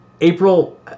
April